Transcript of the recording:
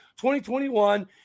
2021